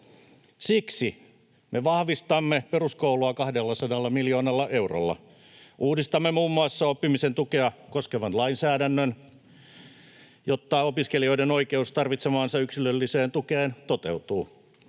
Siksi me vahvistamme peruskoulua 200 miljoonalla eurolla. Uudistamme muun muassa oppimisen tukea koskevan lainsäädännön, jotta opiskelijoiden oikeus tarvitsemaansa yksilölliseen tukeen toteutuu.